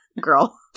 girl